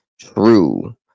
True